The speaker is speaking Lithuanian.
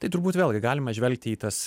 tai turbūt vėlgi galima žvelgti į tas